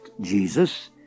Jesus